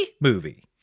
movie